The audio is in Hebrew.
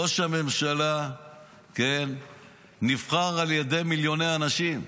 ראש הממשלה נבחר על ידי מיליוני אנשים.